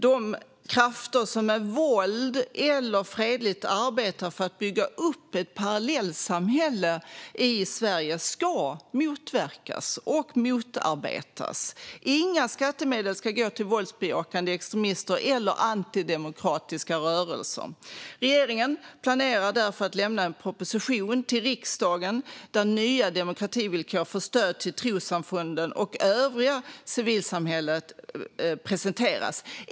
De krafter som med våld eller fredligt arbetar för att bygga upp ett parallellsamhälle ska motverkas och motarbetas. Inga skattemedel ska gå till våldsbejakande extremism eller antidemokratiska rörelser. Regeringen planerar därför att lämna en proposition till riksdagen där nya demokrativillkor för stöd till trossamfunden och övriga civilsamhället presenteras.